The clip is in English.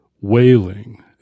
Wailing